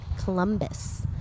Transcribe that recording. Columbus